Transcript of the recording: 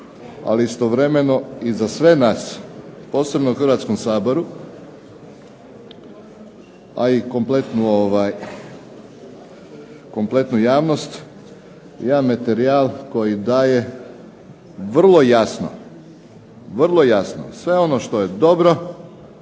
ali istovremeno za sve nas posebno u Hrvatskom saboru, a i kompletnoj javnosti jedan materijal koji daje vrlo jasno sve ono što je dobro,